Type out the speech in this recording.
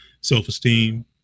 self-esteem